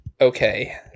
okay